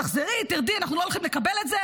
תחזרי, תרדי, אנחנו לא הולכים לקבל את זה.